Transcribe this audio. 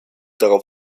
darauf